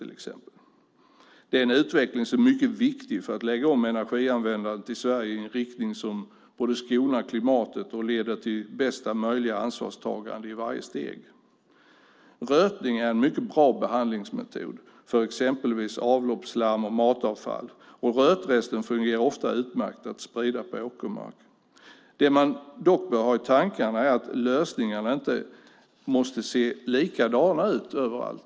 Det är en utveckling som är mycket viktig för att lägga om energianvändandet i Sverige i en riktning som både skonar klimatet och leder till bästa möjliga ansvarstagande i varje steg. Rötning är en mycket bra behandlingsmetod för exempelvis avloppsslam och matavfall, och rötresten fungerar ofta utmärkt att sprida på åkermark. Det man dock bör ha i tankarna är att lösningarna inte måste se likadana ut överallt.